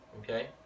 Okay